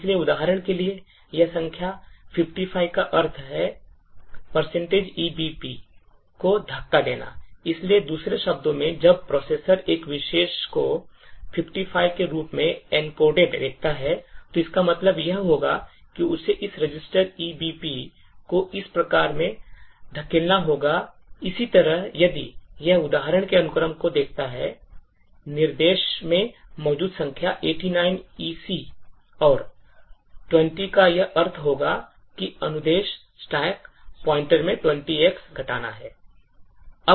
इसलिए उदाहरण के लिए यह संख्या 55 का अर्थ है EBP को धक्का देना इसलिए दूसरे शब्दों में जब processor एक निर्देश को 55 के रूप में encoded देखता है तो इसका मतलब यह होगा कि उसे इस रजिस्टर EBP को इस प्रकार में धकेलना होगा इसी तरह यदि यह उदाहरण के अनुक्रम को देखता है निर्देश में मौजूद संख्या 89 EC और 20 का यह अर्थ होगा कि अनुदेश stack पॉइंटर से 20X घटाना है